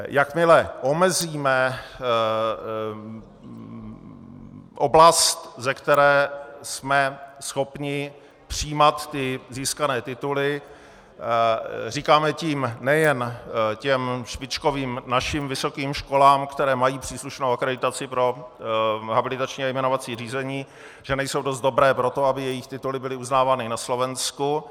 Jakmile omezíme oblast, ze které jsme schopni přijímat získané tituly, říkáme tím nejen těm špičkovým našim vysokým školám, které mají příslušnou akreditaci pro habilitační a jmenovací řízení, že nejsou dost dobré pro to, aby jejich tituly byly uznávány na Slovensku.